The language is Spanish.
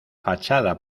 fachada